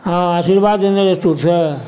हँ आशीर्वाद जेनरल स्टोरसँ